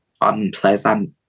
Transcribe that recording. unpleasant